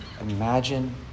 imagine